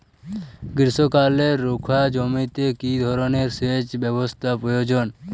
গ্রীষ্মকালে রুখা জমিতে কি ধরনের সেচ ব্যবস্থা প্রয়োজন?